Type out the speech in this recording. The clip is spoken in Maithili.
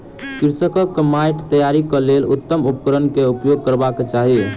कृषकक माइट तैयारीक लेल उत्तम उपकरण केउपयोग करबाक चाही